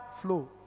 flow